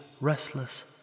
restless